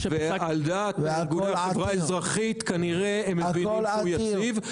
ועל דעת החברה האזרחית כנראה הם מבינים שהוא יציב,